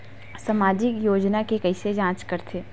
सामाजिक योजना के कइसे जांच करथे?